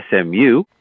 SMU